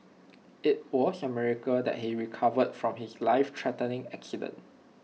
IT was A miracle that he recovered from his lifethreatening accident